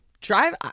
Drive